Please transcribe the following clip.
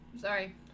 Sorry